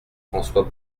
françois